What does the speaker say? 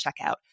checkout